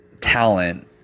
talent